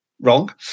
wrong